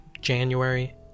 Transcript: January